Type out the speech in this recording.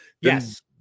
yes